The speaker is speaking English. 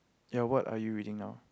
ya what are you reading now